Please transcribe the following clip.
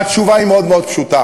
והתשובה היא מאוד מאוד פשוטה: